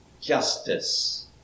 justice